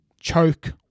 choke